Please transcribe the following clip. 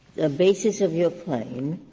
the basis of your claim,